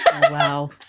Wow